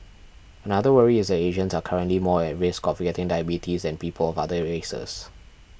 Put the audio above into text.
another worry is that Asians are currently more at risk of getting diabetes than people of other races